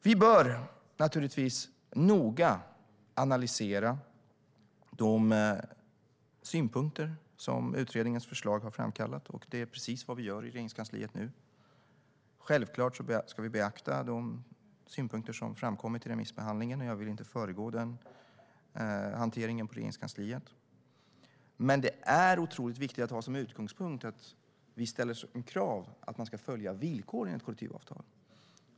Vi bör naturligtvis noga analysera de synpunkter som utredningens förslag har framkallat, och det är precis vad vi gör i Regeringskansliet nu. Självklart ska vi beakta de synpunkter som framkommit i remissbehandlingen. Jag vill inte föregå hanteringen inom Regeringskansliet, men det är otroligt viktigt att ha som utgångspunkt att ställa som krav att man ska följa villkoren i ett kollektivavtal.